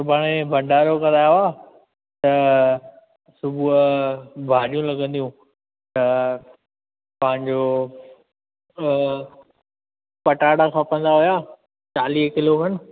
सुभाणे भंडारो करायो आहे त सुबुहु भाॼियूं लॻंदियूं त पंहिंजो पटाटा खपंदा हुया चालीह किलो खनि